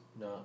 No